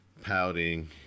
pouting